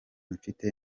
mfite